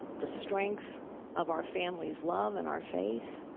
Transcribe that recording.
the strength of our family's love and our faith.